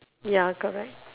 ya correct